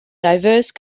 diverse